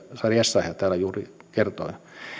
sari essayah täällä juuri kertoi